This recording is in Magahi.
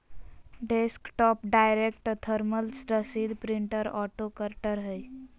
डेस्कटॉप डायरेक्ट थर्मल रसीद प्रिंटर ऑटो कटर हइ